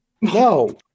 No